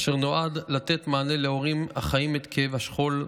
אשר נועד לתת מענה להורים החיים את כאב השכול,